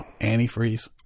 antifreeze